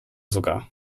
sogar